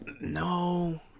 No